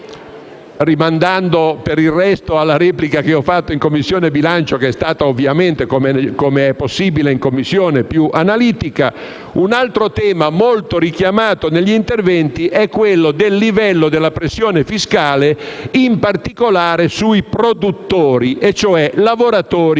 rimandando per il resto alla replica che ho svolto in Commissione bilancio, che ovviamente, com'è possibile in quella sede, è stata più analitica - un altro tema molto richiamato negli interventi è il livello della pressione fiscale, in particolare sui produttori, e cioè lavoratori